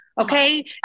okay